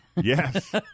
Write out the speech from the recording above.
Yes